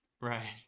Right